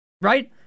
Right